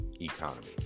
economy